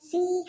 See